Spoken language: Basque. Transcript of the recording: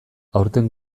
aurten